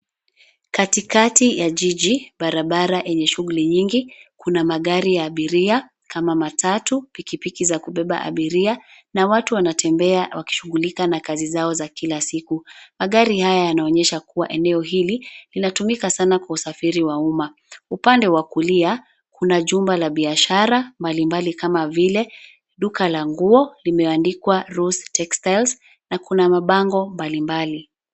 Katikati ya jiji barabara yenye shughuli nyingi kuna magari ya abiria kama kama matatu, pikipiki za kubeba abiria na watu wanatembea wakishughulika na kazi zao za kila siku. Magari haya yanaonyesha kuwa eneo hili linatumika sana kwa usafiri wa umma. Upande wa kulia kuna jumba la biashara mbalimbali kama vile duka la nguo, limeandikwa Rose Textiles na kuna mabango mbalimbali.